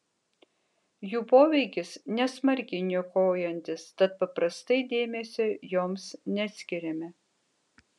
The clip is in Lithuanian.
jų poveikis nesmarkiai niokojantis tad paprastai dėmesio joms neskiriame